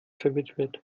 verwitwet